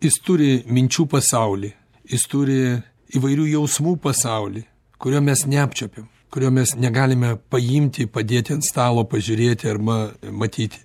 jis turi minčių pasaulį jis turi įvairių jausmų pasaulį kurio mes neapčiuopiam kurio mes negalime paimti padėti ant stalo pažiūrėti arba matyti